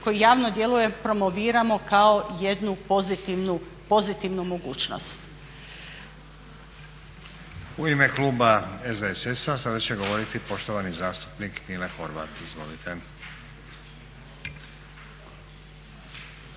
koji javno djeluje promoviramo kao jednu pozitivnu mogućnost. **Stazić, Nenad (SDP)** U ime kluba SDSS-a sada će govoriti poštovani zastupnik Mile Horvat. Izvolite.